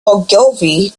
ogilvy